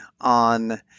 on